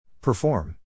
Perform